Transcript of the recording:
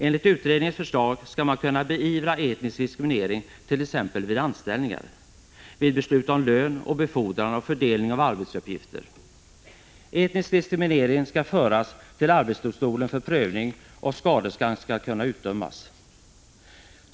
Enligt utredningens förslag skall man kunna beivra etnisk diskriminering t.ex. vid anställningar, vid beslut om lön och befordran och vid fördelning av arbetsuppgifter. Etnisk diskriminering skall föras till arbetsdomstolen för prövning, och skadestånd skall kunna utdömas.